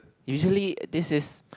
usually this is